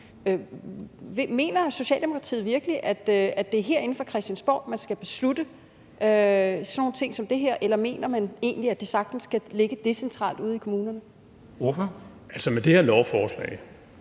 Mener Socialdemokratiet virkelig, at det er herinde fra Christiansborg, man skal beslutte sådan nogle ting som det her, eller mener man egentlig, at det sagtens kan ligge decentralt ude i kommunerne? Kl. 10:52 Formanden (Henrik